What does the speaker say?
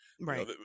right